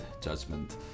judgment